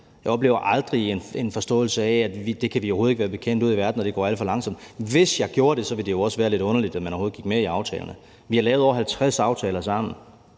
Jeg oplever aldrig, at man har en forståelse af, at det kan vi overhovedet ikke være bekendt ude i verden og det går alt for langsomt. Hvis jeg gjorde det, ville det jo også være lidt underligt, at man overhovedet gik med i aftalerne. Vi har lavet over 50 aftaler sammen,